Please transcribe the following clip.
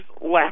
left